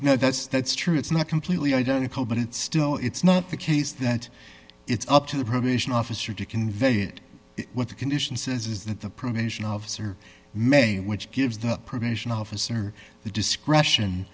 know that's that's true it's not completely identical but it's still it's not the case that it's up to the probation officer to convey it what the condition says is that the probation officer may which gives the probation officer the discretion